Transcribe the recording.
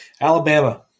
Alabama